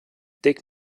take